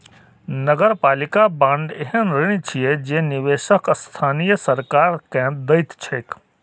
नगरपालिका बांड एहन ऋण छियै जे निवेशक स्थानीय सरकार कें दैत छैक